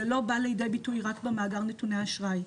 זה לא בא לידי ביטוי רק במאגר נתוני אשראי.